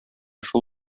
шул